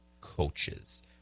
coaches